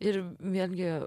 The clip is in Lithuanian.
ir vėlgi